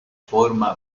forma